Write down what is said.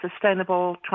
sustainable